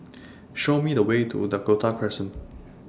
Show Me The Way to Dakota Crescent